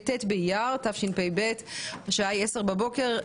ט' באייר התשפ"ב והשעה 10:00 בבוקר.